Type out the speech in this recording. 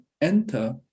enter